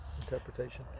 interpretation